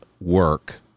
work